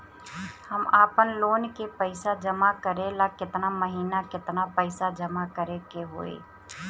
हम आपनलोन के पइसा जमा करेला केतना महीना केतना पइसा जमा करे के होई?